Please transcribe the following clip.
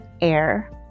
air